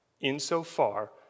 insofar